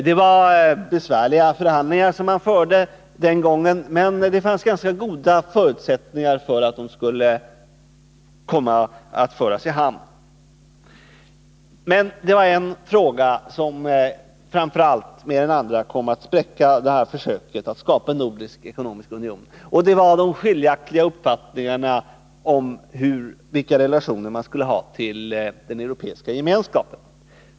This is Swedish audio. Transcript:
Det var besvärliga förhandlingar som fördes den gången, men det fanns ganska goda förutsättningar för att de skulle kunna föras i hamn. Det var emellertid en fråga som mer än andra kom att spräcka försöket att skapa en nordisk ekonomisk union. Det var de skiljaktiga uppfattningarna om vilka relationer man skulle ha till den europeiska gemenskapen.